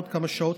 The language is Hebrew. עוד כמה שעות,